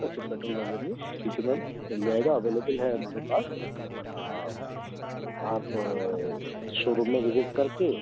अच्छा petrol version में ठीक है मैम मिल जाएगा एवेलेबल है हमारे पास आप शोरूम में विज़िट कर के